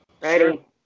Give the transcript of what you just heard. Ready